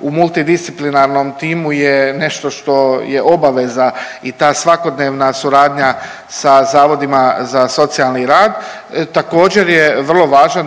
u multidisciplinarnom timu je nešto je obaveza i ta svakodnevna suradnja sa zavodima za socijalni rad. Također je vrlo važan